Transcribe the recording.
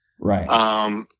Right